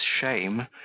shame